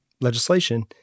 legislation